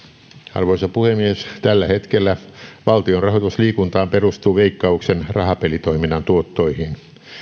arvoisa puhemies tällä hetkellä valtion rahoitus liikuntaan perustuu veikkauksen rahapelitoiminnan tuottoihin